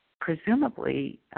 presumably